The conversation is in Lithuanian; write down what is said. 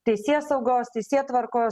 teisėsaugos teisėtvarkos